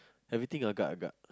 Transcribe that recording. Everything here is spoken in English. ever thing agar-agar